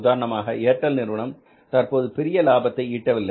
உதாரணமாக ஏர்டெல் நிறுவனம் தற்போது பெரிய லாபத்தை ஈட்டவில்லை